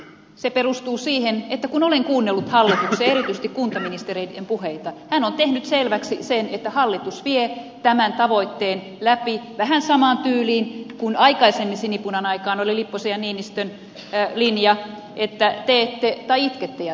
se perustuu siihen että kun olen kuunnellut hallituksen erityisesti kuntaministerin puheita hän on tehnyt selväksi sen että hallitus vie tämän tavoitteen läpi vähän samaan tyyliin kuin aikaisemmin sinipunan aikaan oli lipposen ja niinistön linja että teette tai itkette ja teette